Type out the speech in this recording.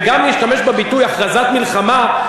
וגם להשתמש בביטוי הכרזת מלחמה,